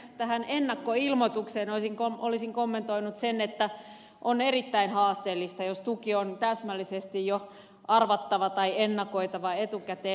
varsinaisesti tästä ennakkoilmoituksesta olisin kommentoinut sen että on erittäin haasteellista jos tuki on täsmällisesti arvattava tai ennakoitava jo etukäteen